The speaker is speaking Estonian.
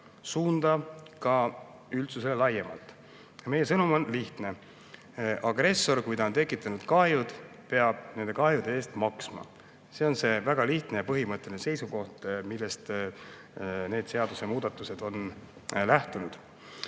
ka üldsusele laiemalt. Meie sõnum on lihtne: agressor, kui ta on tekitanud kahjud, peab nende eest maksma. See on see väga lihtne ja põhimõtteline seisukoht, millest need seadusemuudatused on lähtunud.